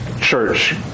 church